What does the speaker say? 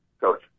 Coach